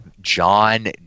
John